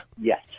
Yes